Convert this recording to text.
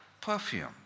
perfume